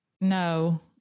no